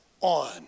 on